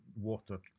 water